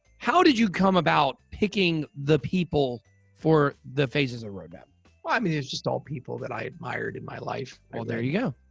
how did you come about picking the people for the phases of roadmap? well, i mean, they're just all people that i admired in my life. well, there you go.